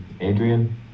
Adrian